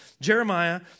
Jeremiah